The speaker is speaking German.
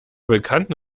bekannten